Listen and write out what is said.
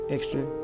Extra